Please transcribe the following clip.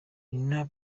nina